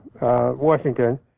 Washington